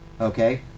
Okay